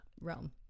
realm